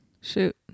Shoot